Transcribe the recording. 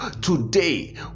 Today